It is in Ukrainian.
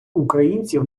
українців